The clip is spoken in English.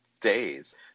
days